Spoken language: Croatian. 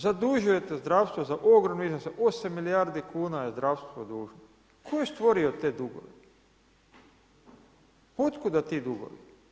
Zadužujete zdravstvo za ogromne iznose 8 milijardi kn, je zdravstvo dužno, tko je stvorio te dugove, od kuda ti dugovi.